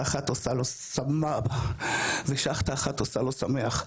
אחת עושה לו --- ושאכטה אחת עושה לו שמח.